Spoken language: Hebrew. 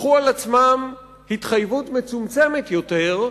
ייקחו על עצמן התחייבות מצומצמת יותר,